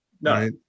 No